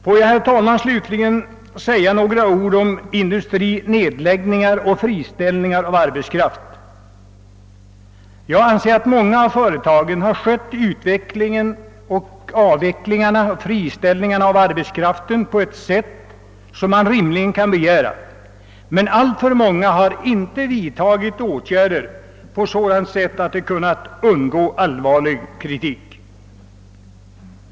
Får jag, herr talman, slutligen säga några ord om industrinedläggningar och friställningar av arbetskraft! Åtskilliga av företagen har skött avvecklingen och friställningen av arbetskraft som man rimligen kan begära, men alltför många har inte vidtagit åtgärder på sådant sätt att det kunnat undgå allvarlig kritik.